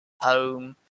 home